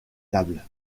tables